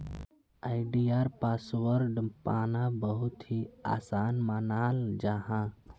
आई.डी.आर password पाना बहुत ही आसान मानाल जाहा